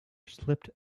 slipped